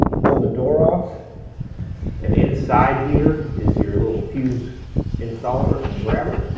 pull the door off and inside here is your little fuse installer and grabber.